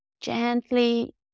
gently